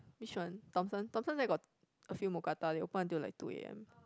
which one Thomson Thomson there got a few mookata they open until like two a_m